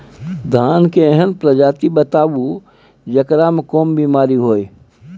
धान के एहन प्रजाति बताबू जेकरा मे कम बीमारी हैय?